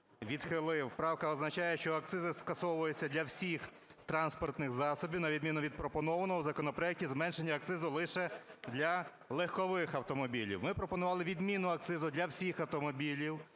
відхилив. Правка означає, що акцизи скасовуються для всіх транспортних засобів на відміну від пропонованого в законопроекті зменшення акцизу лише для легкових автомобілів. Ми пропонували відміну акцизу для всіх автомобілів,